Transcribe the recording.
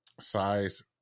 size